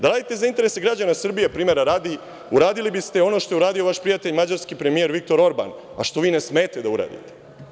Da radite za interese građana Srbije, primera radi uradili biste ono što je uradio vaš prijatelj, mađarski premijer, Viktor Orban, a što vi ne smete da uradite.